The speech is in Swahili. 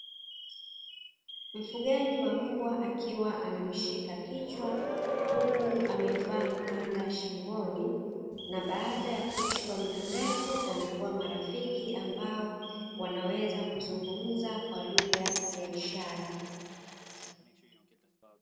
Mfugaji wa mbwa akiwa amemshika kichwa, huku amevaa mkanda shingoni. Na baada ya kuishi kwa muda mrefu wamekuwa marafiki, ambao wanaweza kuzungumza kwa lugha ya ishara.